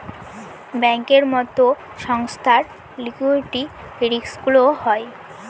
ব্যাঙ্কের মতো সংস্থার লিকুইডিটি রিস্কগুলোও হয়